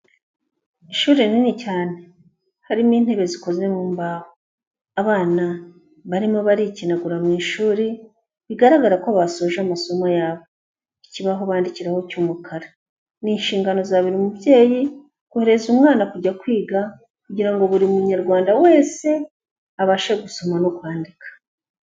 Ishuri rinini cyane. Harimo intebe zikoze mu mbaho. Abana barimo barikinagura mu ishuri, bigaragara ko basoje amasomo yabo. Ikibaho bandikiraho cy'umukara. Ni inshingano za buri mubyeyi kohereza umwana kujya kwiga kugira ngo buri munyarwanda wese abashe gusoma no kwandika.